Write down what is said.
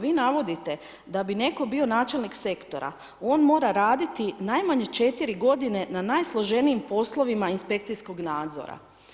Vi navodite da bi netko bio načelnik sektora, on mora raditi najmanje 4 godine na najsloženijim poslovima inspekcijskog nadzora.